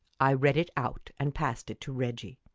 i read it out and passed it to reggie.